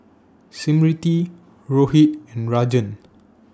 Smriti Rohit and Rajan